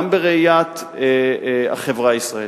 גם בראיית החברה הישראלית.